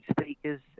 speakers